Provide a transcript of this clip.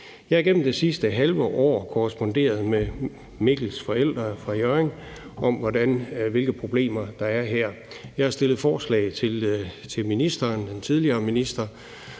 Jeg har igennem det sidste halve år korresponderet med Mikkels forældre fra Hjørring om, hvilke problemer der er her. Jeg har haft forslag til ministeren og har fået et,